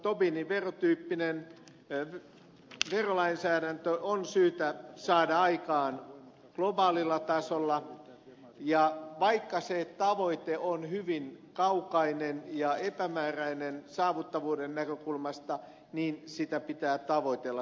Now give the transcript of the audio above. tobinin veron tyyppinen verolainsäädäntö on syytä saada aikaan globaalilla tasolla ja vaikka se tavoite on hyvin kaukainen ja epämääräinen saavutettavuuden näkökulmasta niin sitä pitää tavoitella